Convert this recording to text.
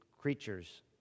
creatures